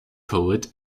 poet